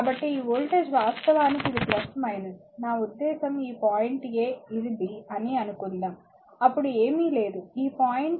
కాబట్టి ఈ వోల్టేజ్ వాస్తవానికి ఇది నా ఉద్దేశ్యం ఈ పాయింట్ a ఇది b అని అనుకుందాం అప్పుడు ఏమీ లేదు ఈ పాయింట్ a ఇది కూడా b